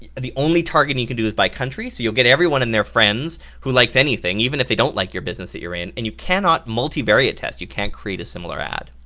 the only targeting you can do is by country. so you'll get everyone and their friends who likes anything even if they don't like your business that your in, and you cannot multi-variat test, you can't create a similar ad.